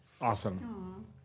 Awesome